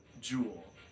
jewel